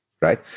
right